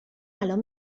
الان